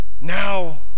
now